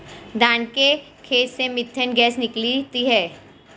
धान के खेत से मीथेन गैस निकलती है